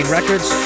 Records